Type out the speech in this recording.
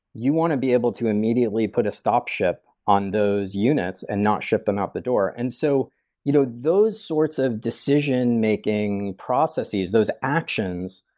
you want to be able to immediately put a stop ship on those units and not ship them out the door. and so you know those sorts of decision-making processes, those actions,